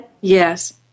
Yes